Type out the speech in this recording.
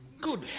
Good